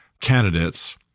candidates